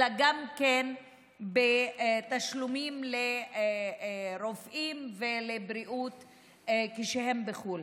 אלא גם כן בתשלומים לרופאים ולבריאות כשהם בחו"ל.